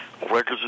records